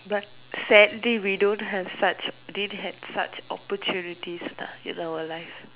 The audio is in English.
but sadly we don't have such didn't have such opportunities lah in our life